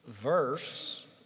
verse